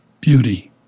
beauty